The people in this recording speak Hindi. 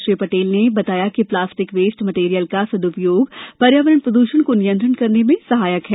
श्री पटेल ने बताया कि प्लास्टिक वेस्ट मटेरियल का सदुपयोग पर्यावरण प्रद्षण को नियंत्रण करने में सहायक है